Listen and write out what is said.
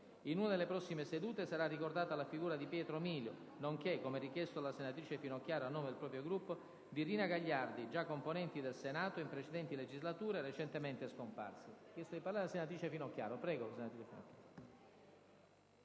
In una delle prossime sedute sarà ricordata la figura di Pietro Milio, nonché, come richiesto dalla senatrice Finocchiaro a nome del proprio Gruppo, di Rina Gagliardi, già componenti del Senato in precedenti legislature, recentemente scomparsi.